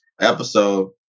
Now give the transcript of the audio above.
episode